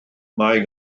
mae